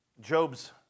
Job's